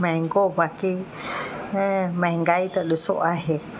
महांगो बाक़ी न महंगाई त ॾिसो आहे